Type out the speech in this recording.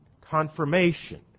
Confirmation